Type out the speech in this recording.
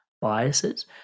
biases